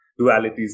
dualities